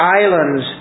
islands